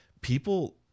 people